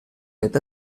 mette